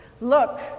Look